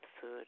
food